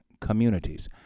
communities